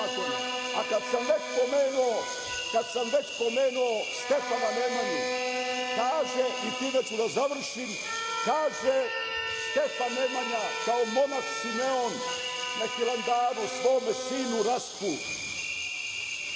sam već pomenuo Stefana Nemanju, kaže, i time ću da završim, kaže Stefan Nemanja kao monah Simeon na Hilandaru svome sinu Rastku